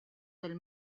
del